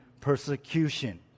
persecution